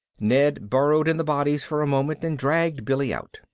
ned burrowed in the bodies for a moment and dragged billy out.